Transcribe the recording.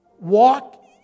walk